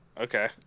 Okay